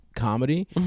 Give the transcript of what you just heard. comedy